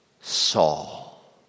Saul